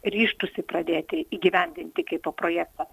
ryžtųsi pradėti įgyvendinti kaip po projektą